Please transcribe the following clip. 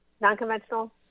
non-conventional